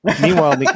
Meanwhile